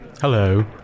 Hello